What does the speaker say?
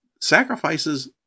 Sacrifices